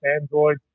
Android